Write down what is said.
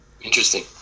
interesting